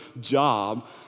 job